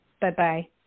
Bye-bye